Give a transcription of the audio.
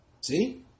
See